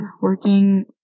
working